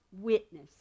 witness